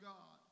God